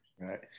Right